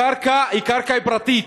הקרקע היא קרקע פרטית.